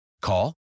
Call